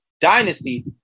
dynasty